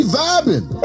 vibing